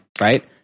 right